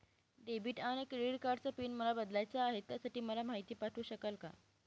Debit आणि credit कार्डचा PIN मला बदलायचा आहे, त्यासाठी मला माहिती पाठवू शकाल का?